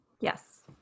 Yes